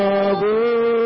Father